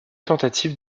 tentatives